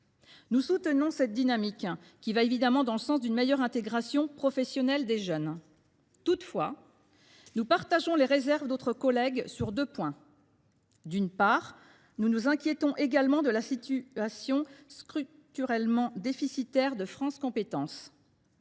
Nous soutenons cette dynamique, qui va évidemment dans le sens d’une meilleure intégration professionnelle des jeunes. Toutefois, nous partageons les réserves d’autres collègues sur deux points. D’une part, nous nous inquiétons, nous aussi, de la situation structurellement déficitaire de France Compétences.